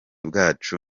bwacu